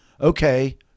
Okay